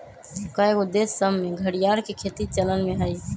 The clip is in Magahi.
कएगो देश सभ में घरिआर के खेती चलन में हइ